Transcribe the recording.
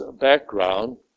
background